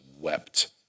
wept